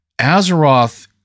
Azeroth